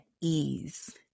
ease